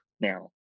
now